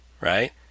right